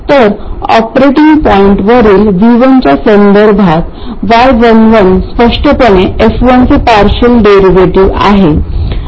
तर ऑपरेटिंग पॉईंटवरील V1 च्या संदर्भात y11 स्पष्टपणे f1 चे पार्शियल डेरिव्हेटिव्ह आहे